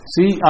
See